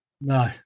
no